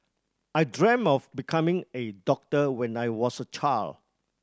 I dreamt of becoming a doctor when I was a child